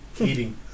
eating